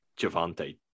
javante